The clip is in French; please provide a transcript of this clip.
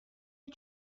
est